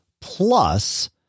plus